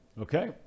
okay